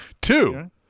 two